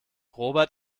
robert